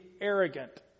arrogant